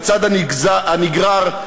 בצד הנגרר,